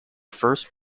first